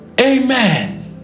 Amen